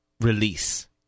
release